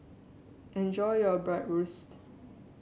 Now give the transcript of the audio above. enjoy your Bratwurst